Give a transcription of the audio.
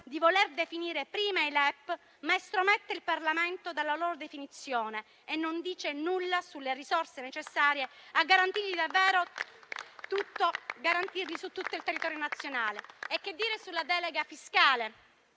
di voler definire prima i LEP, ma estromette il Parlamento dalla loro definizione e non dice nulla sulle risorse necessarie a garantirli davvero su tutto il territorio nazionale. Che dire della delega fiscale?